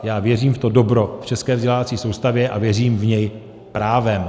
Já věřím v to dobro v české vzdělávací soustavě a věřím v ně právem.